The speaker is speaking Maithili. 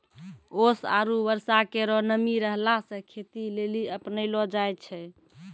ओस आरु बर्षा केरो नमी रहला सें खेती लेलि अपनैलो जाय छै?